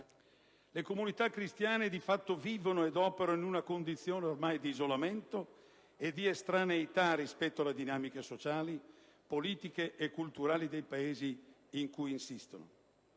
Le comunità cristiane di fatto vivono ed operano ormai in una condizione di isolamento e di estraneità rispetto alle dinamiche sociali, politiche e culturali dei Paesi in cui insistono.